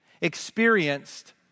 experienced